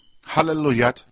hallelujah